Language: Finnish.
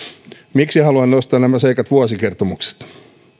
miksi haluan nostaa nämä seikat vuosikertomuksesta